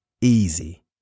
Easy